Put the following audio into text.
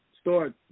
start